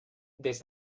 des